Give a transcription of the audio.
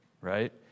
right